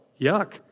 yuck